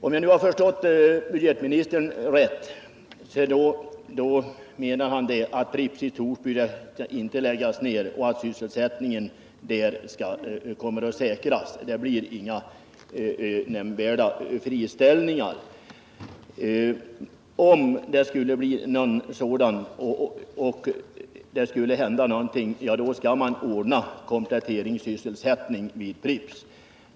Om jag nu har förstått budgetministern rätt, menar han att Pripps bryggeri i Torsby inte skall läggas ner och att sysselsättningen där kommer att säkras. Det blir inga nämnvärda friställningar, och om någonting oförutsett skulle hända, skall man ordna kompletteringssysselsättning vid Pripps.